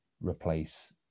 replace